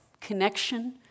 connection